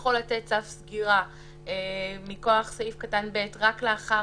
יכול תת צו סגירה מכוח סעיף קטן (ב) רק לאחר